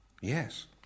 Yes